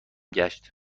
گشت